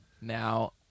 Now